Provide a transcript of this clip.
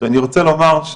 עכשיו אני רוצה לומר,